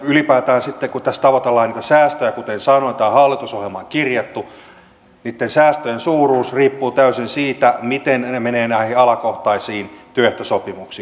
ylipäätään sitten kun tässä tavoitellaan niitä säästöjä kuten sanoin tämä on hallitusohjelmaan kirjattu niitten säästöjen suuruus riippuu täysin siitä miten ne menevät näihin alakohtaisiin työehtosopimuksiin